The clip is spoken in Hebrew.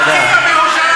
מה אתה עשית בירושלים?